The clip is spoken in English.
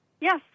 Yes